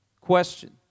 question